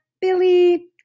Billy